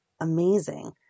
amazing